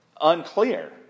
unclear